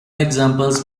examples